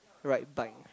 ride bike you know